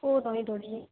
होर होये थोह्ड़ी